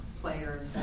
players